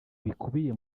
bikubiye